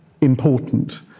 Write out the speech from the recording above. important